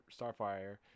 Starfire